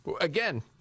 again